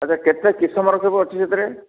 ଆଚ୍ଛା କେତେ କିସମର ସବୁ ଅଛି ସେଥିରେ